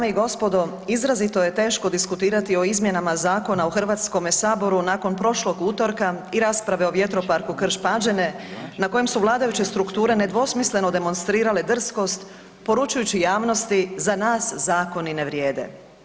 Dame i gospodo, izrazito je teško diskutirati o izmjenama zakona u HS nakon prošlog utorka i rasprave o vjetroparku Krš-Pađene na kojem su vladajuće strukture nedvosmisleno demonstrirale drskost poručujući javnosti za nas zakoni ne vrijede.